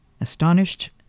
Astonished